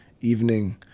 evening